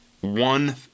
one